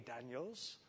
Daniels